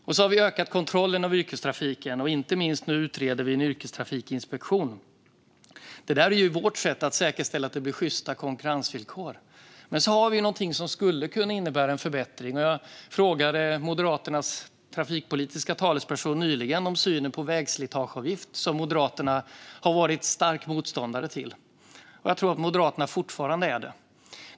Vi har också ökat kontrollen av yrkestrafiken. Inte minst utreder vi nu en yrkestrafikinspektion. Det här är vårt sätt att säkerställa att det blir sjysta konkurrensvillkor. Men vi har också något som skulle kunna innebära en förbättring. Jag frågade nyligen Moderaternas trafikpolitiska talesperson om synen på en vägslitageavgift, som partiet har varit stark motståndare till. Jag tror att Moderaterna fortfarande är det.